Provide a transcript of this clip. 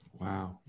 Wow